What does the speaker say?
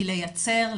היא לייצר,